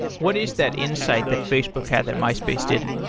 what is that insight that facebook had that myspace didn't?